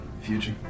Future